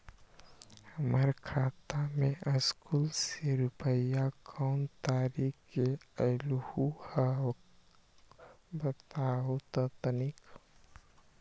हमर खाता में सकलू से रूपया कोन तारीक के अलऊह बताहु त तनिक?